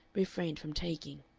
refrained from taking.